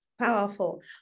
Powerful